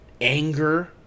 anger